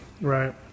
Right